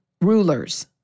rulers